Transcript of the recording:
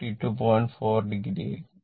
4 o ആയിരിക്കും